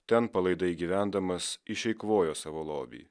ten palaidai gyvendamas išeikvojo savo lobį